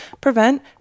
prevent